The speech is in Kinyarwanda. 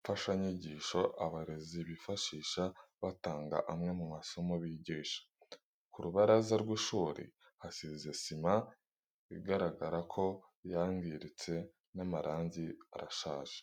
mfashanyigisho abarezi bifashisha batanga amwe mu masomo bigisha. Ku rubaraza rw'ishuri hasize sima igaragara ko yangiritse n'amarangi arashaje.